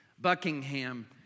Buckingham